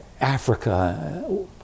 Africa